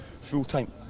Full-time